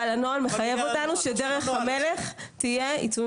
הנוהל מחייב אותנו שדרך המלך תהיה עיצומים כספיים.